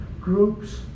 groups